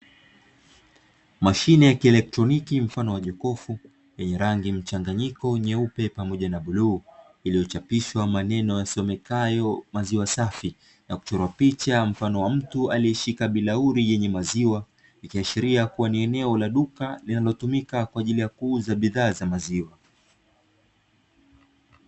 Mashine ya kielektroniki, mfano wa jokofu, yenye rangi mchanganyiko nyeupe na buluu, iliyochapishwa maneno yasiyomekayo 'maziwa safi' na kuchorwa picha ya mfano wa mtu aliyeshika bilauri yenye maziwa, ikiashiria kuwa ni eneo la duka linalotumika kwa ajili ya kuuza bidhaa za maziwa.